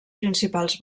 principals